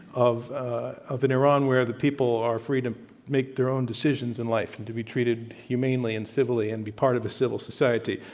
of ah of an iran where the people are free to make their own decisions in life and to be treated humanely and civilly and be part of a civil society,